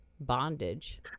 bondage